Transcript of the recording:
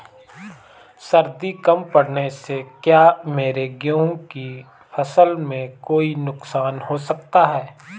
सर्दी कम पड़ने से क्या मेरे गेहूँ की फसल में कोई नुकसान हो सकता है?